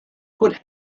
could